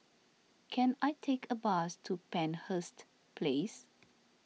can I take a bus to Penshurst Place